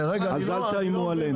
אז אל תאיימו עלינו.